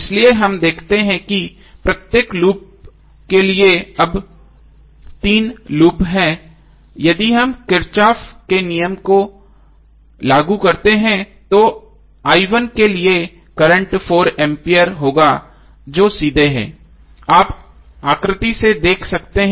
इसलिए हम देखते हैं कि प्रत्येक लूप के लिए अब 3 लूप हैं यदि हम किरचॉफ के नियम को लागू करते हैं तो के लिए करंट 4 एम्पीयर होगा जो सीधे है आप आकृति से देख सकते हैं